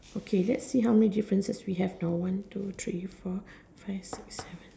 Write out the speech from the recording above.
okay let's see how many differences we have now one two three four five six seven